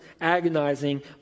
agonizing